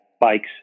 bikes